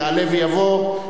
יעלה ויבוא,